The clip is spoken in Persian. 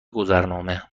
گذرنامه